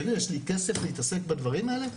תגידי, יש לי כסף להתעסק בדברים האלה?